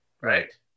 Right